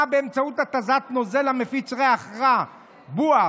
באמצעות התזת נוזל המפיץ ריח רע ('בואש')